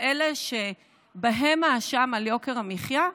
אלה שבהם האשם על יוקר המחיה?